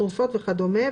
תרופות וכדומה,